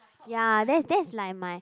ya that that's like my